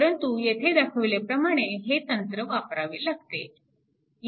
परंतु येथे दाखविल्याप्रमाणे हे तंत्र वापरावे लागते